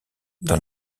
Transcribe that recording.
dans